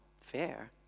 fair